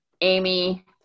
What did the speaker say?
Amy